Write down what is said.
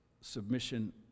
submission